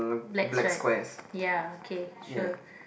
black striped ya okay sure